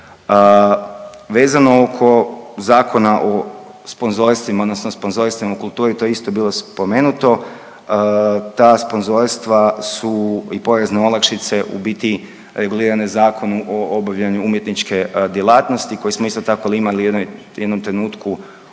Vezano oko Zakona o sponzorstvima odnosno sponzorstvima u kulturi to je isto bilo spomenuto, ta sponzorstva su i porezne olakšice u biti reguliranom Zakonom o obavljanju umjetničke djelatnosti koje smo isto tako imali u jednom trenutku